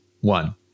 One